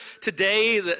today